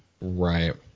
Right